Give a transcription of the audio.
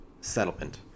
settlement